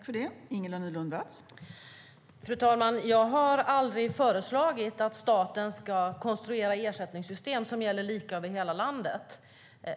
Fru talman! Jag har aldrig föreslagit att staten ska konstruera ersättningssystem som gäller lika över hela landet.